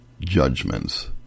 judgments